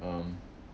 um